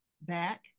back